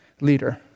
leader